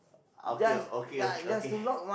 okay okay okay